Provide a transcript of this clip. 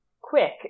Quick